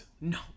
no